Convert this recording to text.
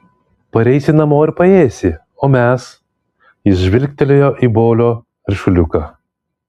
pareisi namo ir paėsi o mes jis žvilgtelėjo į bolio ryšuliuką